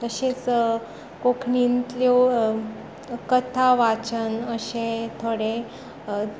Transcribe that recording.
तशेंच कोंकणींतल्यो कथा वाचन अशे थोडे